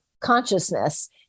consciousness